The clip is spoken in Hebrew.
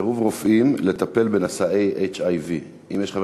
סירוב רופאים לטפל בנשאי HIV. האם יש חבר